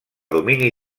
domini